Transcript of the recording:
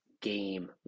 game